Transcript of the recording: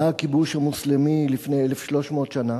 בא הכיבוש המוסלמי לפני 1,300 שנה